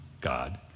God